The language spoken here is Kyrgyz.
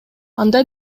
анда